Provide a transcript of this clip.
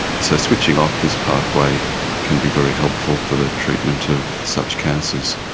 so switching off this pathway can be very helpful for the treatment of such cancers.